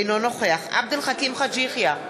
אינו נוכח עבד אל חכים חאג' יחיא,